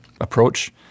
approach